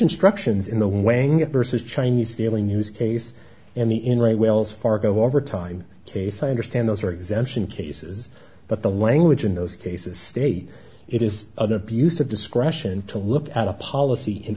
instructions in the weighing vs chinese daily news case and the in right wells fargo overtime case i understand those are exemption cases but the language in those cases state it is a busa discretion to look at a policy in